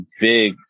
big